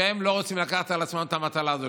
שהם לא רוצים לקחת על עצמם את המטלה הזאת,